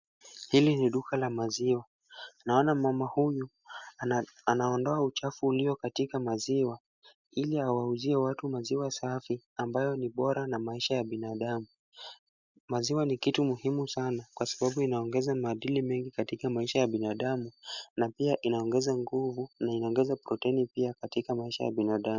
Hili ni duka la maziwa. Naona mama huyu anaondoa uchafu ulio katika maziwa ili awauzie watu maziwa safi ambayo ni bora na maisha ya binadamu. Maziwa ni kitu muhimu sana, kwa sababu inaongeza maadili mengi katika maisha ya binadamu na pia inaongeza nguvu na inaongeza protini pia katika maisha ya binadamu.